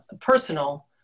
personal